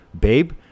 babe